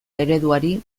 ereduari